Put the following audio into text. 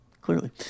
Clearly